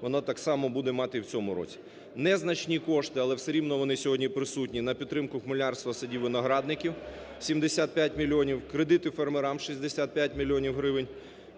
вона, так само, буде мати і в цьому році. Незначні кошти, але все рівно вони сьогодні присутні на підтримку хмелярства, садів, виноградників – 75 мільйонів, кредити фермерам – 65 мільйонів гривень,